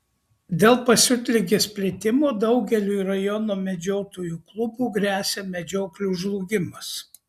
dėl pasiutligės plitimo daugeliui rajono medžiotojų klubų gresia medžioklių žlugimas